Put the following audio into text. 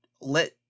let